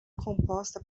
composta